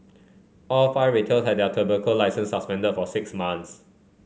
all five retailer had their tobacco licences suspended for six months